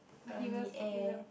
from the air